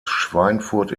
schweinfurt